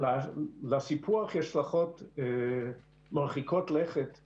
לסיפוח יש השלכות מרחיקות לכת על